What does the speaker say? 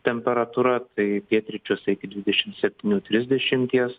temperatūra tai pietryčiuose iki dvidešim septynių trisdešimties